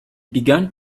began